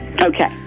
Okay